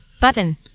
button